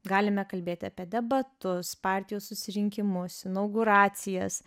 galime kalbėt apie debatus partijų susirinkimus inauguracijas